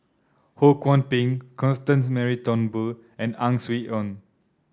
Ho Kwon Ping Constance Mary Turnbull and Ang Swee Aun